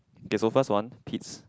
okay so first one pete's